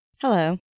Hello